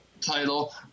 title